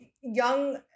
Young